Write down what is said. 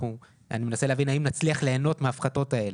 אני מנסה להבין האם נצליח ליהנות מההפחתות האלה.